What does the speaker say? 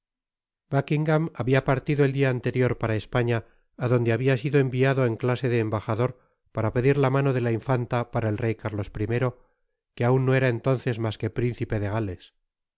habia partido el dia anterior para españa á donde habia sido enviado en clase de embajador para pedir la mano de la infanta para el rey carlos i que aun no era entonces mas que principe de gales